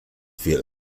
viel